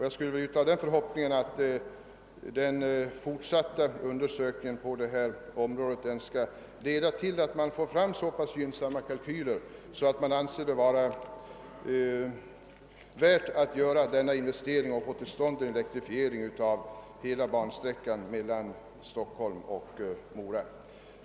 Jag skulle vilja uttala den förhoppningen att den fortsatta undersökningen på detta område skall leda till att man får fram så pass gynnsamma kalkyler, att man anser det vara värt att göra den önskade investeringen för att få till stånd en elektrifiering av hela bansträckan mellan Stockholm och Mora.